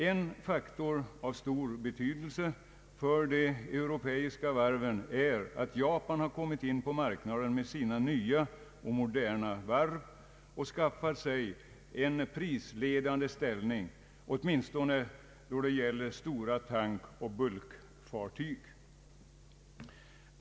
En faktor av stor betydelse för de europeiska varven är att Japan har kommit in på marknaden med sina nya och moderna varv och skaffat sig en prisledande ställning åtminstone när det gäller stora tankoch bulkfartyg.